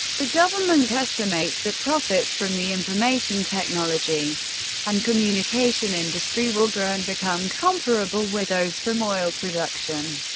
the government estimates that profits from the information technology and communication industry will grow and become comparable with those from oil production.